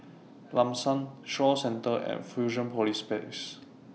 Lam San Shaw Centre and Fusionopolis Place